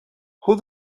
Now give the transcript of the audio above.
who